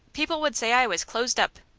people would say i was closed up.